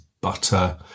butter